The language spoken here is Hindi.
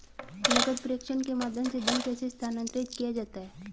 नकद प्रेषण के माध्यम से धन कैसे स्थानांतरित किया जाता है?